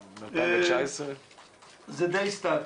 זה די סטטי.